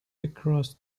across